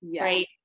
right